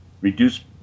reduce